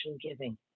giving